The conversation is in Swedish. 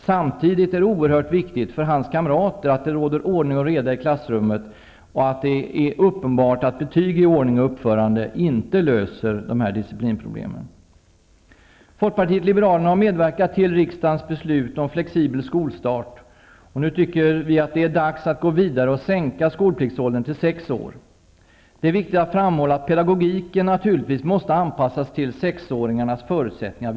Samtidigt är det oerhört viktigt för hans kamrater att det råder ordning och reda i klassrummet, och det är uppenbart att betyg i ordning och uppförande inte löser disciplinproblemen. Folkpartiet liberalerna har medverkat till riksdagens beslut om flexibel skolstart. Nu tycker vi att det är dags att gå vidare och sänka skolpliktsåldern till sex år. Det är viktigt att framhålla att pedagogiken naturligtvis måste anpassas till sexåringarnas förutsättningar.